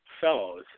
fellows